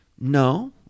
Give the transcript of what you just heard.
No